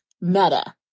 Meta